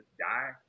die